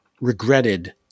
regretted